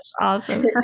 Awesome